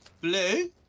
Blue